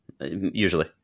usually